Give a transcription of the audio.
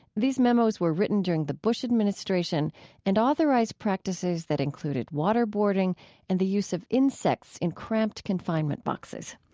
these memos were written during the bush administration and authorized practices that included waterboarding and the use of insects in cramped confinement boxes.